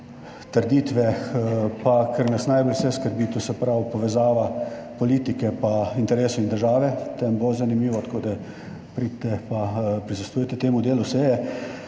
trditve pa kar nas najbolj vse skrbi, to se pravi povezava politike pa interesov in države, tam bo zanimivo, tako da pridite pa prisostvujte temu delu seje.